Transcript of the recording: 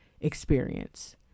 experience